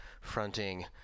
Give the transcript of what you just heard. fronting